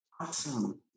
Awesome